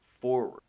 forward